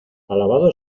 alabado